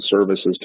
services